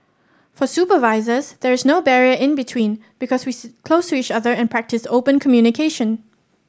for supervisors there is no barrier in between because we sit close to each other and practice open communication